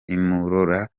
imurora